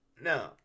no